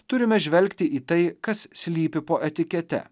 turime žvelgti į tai kas slypi po etikete